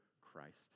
Christ